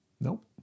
Nope